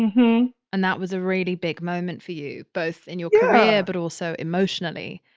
and that was a really big moment for you, both in your career, but also emotionally.